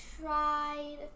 tried